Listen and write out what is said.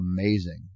amazing